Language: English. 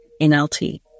NLT